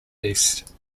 east